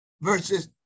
versus